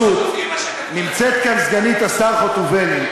אני מסכים אתך בעניין של חוטובלי,